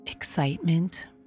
Excitement